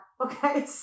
Okay